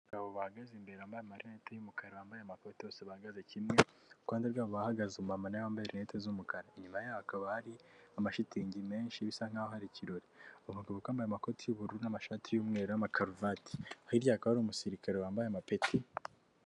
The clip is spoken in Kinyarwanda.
Abagabo bahagaze imbere yambaye amrinete y'umukara bambaye amakote bose bahagaze kimwe, ku ruhande rwabo hahagaze umumamanwambaye rinete z'umukara, inyuma ye hakaba hari amashitingi menshi bisa nk'aho hari ikirori, abo bagabo bambaye amakoti y'ubururu n'amashati y'umweru n'ama karuvati, hirya hakaba ari umusirikare wambaye amapeti.